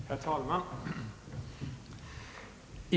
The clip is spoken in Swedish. Herr talman!